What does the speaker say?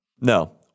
No